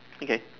okay